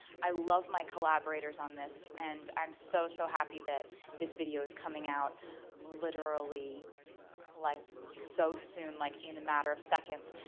i love my collaborators on this and i'm so, so happy that this video is coming out literally like so soon. like in a matter of seconds.